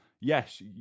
Yes